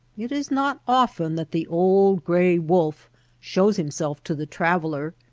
it is not often that the old gray wolf shows himself to the traveller.